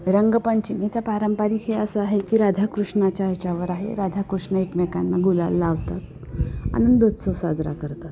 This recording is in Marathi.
रंगपंचमीचा पारंपरिक हे असं आहे की राधाकृष्णाच्या ह्याच्यावर आहे राधाकृष्ण एकमेकांना गुलाल लावतात आनंदोत्सव साजरा करतात